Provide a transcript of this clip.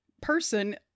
person